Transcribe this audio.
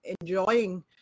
enjoying